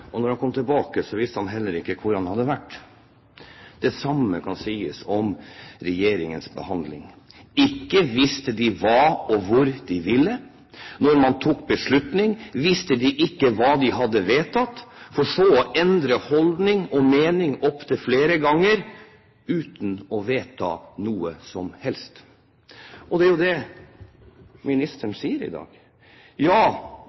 og da han kom tilbake, så visste han heller ikke hvor han hadde vært. Det samme kan sies om regjeringens behandling: ikke visste de hva og hvor de ville. Da man tok beslutning, visste de ikke hva de hadde vedtatt, for så å endre holdning og mening opptil flere ganger, uten å vedta noe som helst. Det er jo det ministeren sier i dag: Ja,